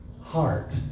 heart